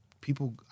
people